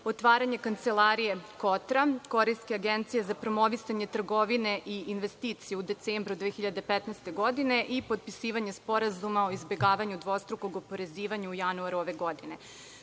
otvaranje kancelarije Kotram, Korejske agencije za promovisanje trgovine i investicije, u decembru 2015. godine i potpisivanje Sporazuma o izbegavanju dvostrukog oporezivanja u januaru ove godine. Srbija